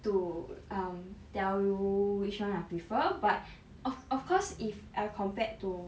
to um tell you which [one] I prefer but of of course if I compared to